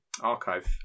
archive